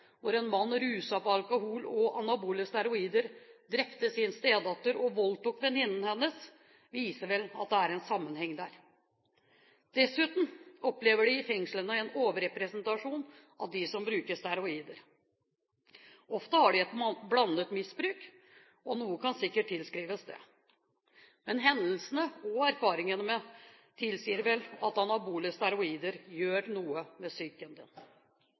hvor en mann ruset på alkohol og anabole steroider drepte sin stedatter og voldtok venninnen hennes, viser vel at det er en sammenheng der. Dessuten opplever de i fengslene en overrepresentasjon av dem som bruker steroider. Ofte har de et blandet misbruk, og noe kan sikkert tilskrives det. Men hendelsene og erfaringen tilsier vel at anabole steroider gjør noe med